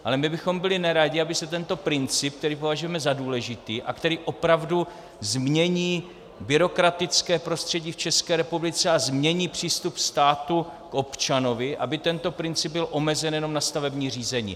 Ale my bychom byli neradi, aby tento princip, který považujeme za důležitý a který opravdu změní byrokratické prostředí v České republice a změní přístup státu k občanovi, byl omezen jenom na stavební řízení.